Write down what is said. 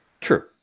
true